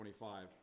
25